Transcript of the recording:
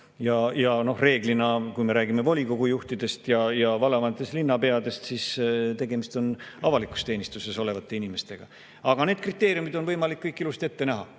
Reeglina, kui me räägime volikogu juhtidest, vallavanematest ja linnapeadest, on tegemist avalikus teenistuses olevate inimestega. Aga need kriteeriumid on võimalik kõik ilusti ette näha,